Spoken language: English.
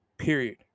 Period